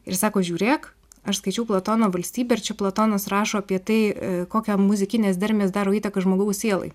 ir sako žiūrėk aš skaičiau platono valstybė ir čia platonas rašo apie tai kokią muzikinės dermės daro įtaką žmogaus sielai